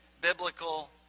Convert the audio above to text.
biblical